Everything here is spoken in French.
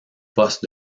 poste